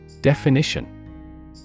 Definition